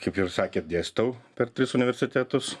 kaip jau sakėt dėstau per tris universitetus